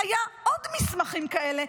היו עוד מסמכים כאלה,